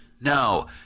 No